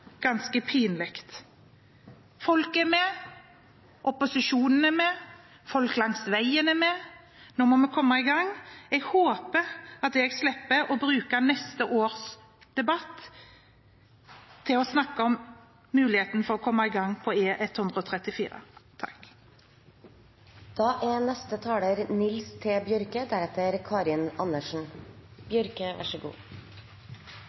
ganske pinlig. Folket er med. Opposisjonen er med. Folk langs veien er med. Nå må vi komme i gang. Jeg håper jeg slipper å bruke neste års debatt til å snakke om muligheten for å komme i gang på